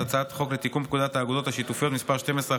הצעת החוק לתיקון פקודת האגודות השיתופיות (מס' 12)